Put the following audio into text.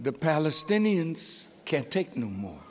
the palestinians can't take no more